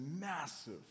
massive